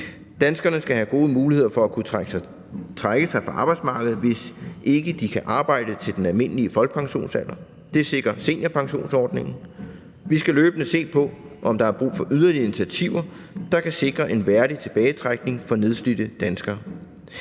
Danskerne skal have gode muligheder for at kunne trække sig fra arbejdsmarkedet, hvis ikke de kan arbejde til den almindelige folkepensionsalder. Det sikrer seniorpensionsordningen. Vi skal løbende se på, om der er brug for yderligere initiativer, der kan sikre en værdig tilbagetrækning for nedslidte danskere.